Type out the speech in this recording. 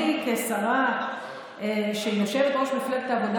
אני כשרה שהיא יושבת-ראש מפלגת העבודה,